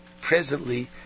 presently